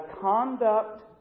conduct